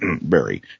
Barry